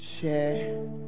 share